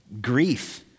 Grief